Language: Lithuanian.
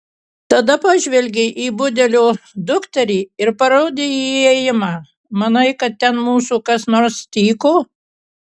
tada pažvelgė į budelio dukterį ir parodė į įėjimą manai kad ten mūsų kas nors tyko